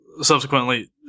subsequently